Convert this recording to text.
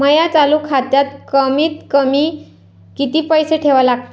माया चालू खात्यात कमीत कमी किती पैसे ठेवा लागते?